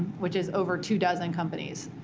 which is over two dozen companies.